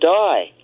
die